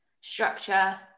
structure